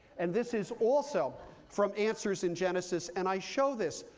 and this is also from answers in genesis. and i show this,